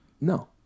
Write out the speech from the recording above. No